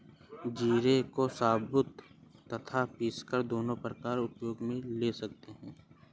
जीरे को साबुत तथा पीसकर दोनों प्रकार उपयोग मे ले सकते हैं